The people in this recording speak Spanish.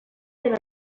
del